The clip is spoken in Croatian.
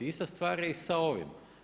Ista stvar je i sa ovim.